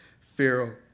Pharaoh